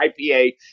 IPA